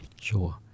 Sure